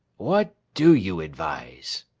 what do you advise